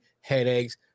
headaches